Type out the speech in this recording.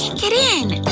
get in!